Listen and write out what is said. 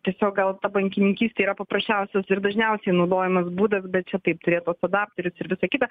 tiesiog gal ta bankininkystė yra paprasčiausias ir dažniausiai naudojamas būdas bet čia taip turėt tuos adapterius ir visa kita